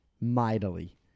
mightily